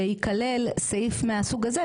שייכלל סעיף מהסוג הזה,